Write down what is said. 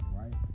right